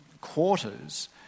quarters